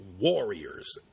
warriors